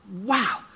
wow